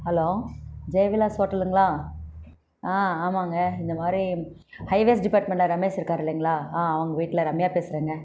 hello Jaya Vilas ஹோட்டலுங்களா ஆ ஆமாங்க இந்தமாதிரி ஹைவேஸ் டிபார்ட்மெண்ட்டில் ரமேஷ் இருக்கார் இல்லைங்களா ஆ அவங்க வீட்டில் ரம்யா பேசுகிறேங்க